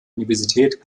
universität